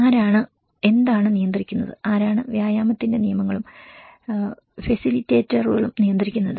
ആരാണ് എന്താണ് നിയന്ത്രിക്കുന്നത് ആരാണ് വ്യായാമത്തിന്റെ നിയമങ്ങളും ഫെസിലിറ്റേറ്ററുകളും നിയന്ത്രിക്കുന്നത്